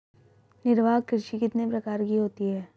निर्वाह कृषि कितने प्रकार की होती हैं?